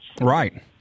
Right